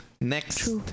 Next